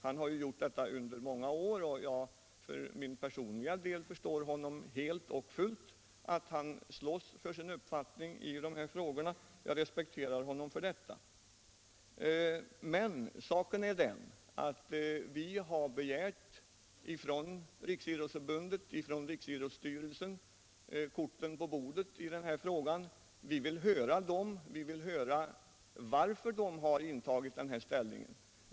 Han har gjort detta under många år och för min personliga del förstår jag helt och fullt att han slåss för sin uppfattning i dessa frågor. Jag respekterar honom för detta. Men saken är den att vi från Riksidrottsstyrelsen har begärt korten på bordet i den här frågan. Vi vill höra varför de har intagit den här ståndpunkten.